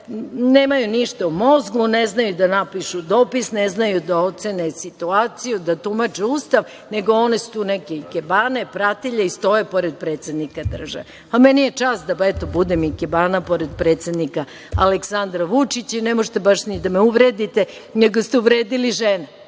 nemaju ništa u mozgu, ne znaju da napišu dopis, ne znaju da ocene situaciju, da tumače Ustav, nego one su tu neke ikebane, pratilje i stoje pored predsednika države. Meni je čast da, eto, budem ikebana pored predsednika Aleksandra Vučića i ne možete baš ni da me uvredite, nego ste uvredili žene.